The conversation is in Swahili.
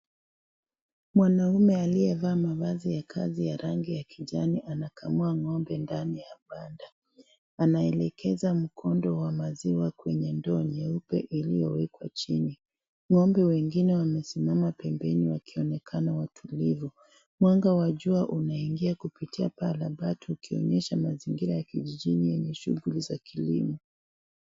Mwanaume aliyevaa mavazi ya kazi ya rangi ya kijani anakamua ngombe ndani ya banda anaendeleza mkondo wa maziwa kwenye ndoo nyeupe uliowekwa chini . Ngombe wengine wanasimama pempeni wengine wanaonekana watulivu. Mwanga wa jua unaingia kupitia barabara ikionyesha mazingira ya kijiji yenye shughuli za kilimo.